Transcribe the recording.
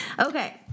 Okay